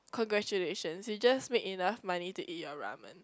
congratulation you just made enough money to eat your ramen